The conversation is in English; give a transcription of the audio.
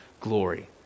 glory